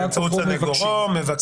באמצעות סנגורו מבקש.